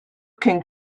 can